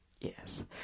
Yes